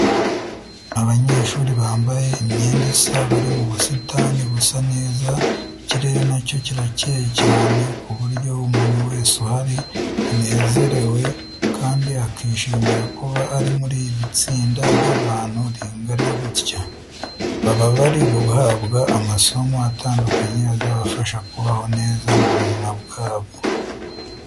Abanyeshuri bambaye imyenda isa bari mu busitani busa neza, ikirere nacyo kirakeye cyane ku buryo umuntu wese uhari anezerewe kandi akishimira kuba ari muri iri tsinda ry'abantu ringana gutya. Baba bari guhabwa amasomo atandukanye azabafasha kubaho neza mu buzima bwabo.